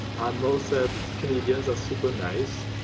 anmol said canadians are super nice.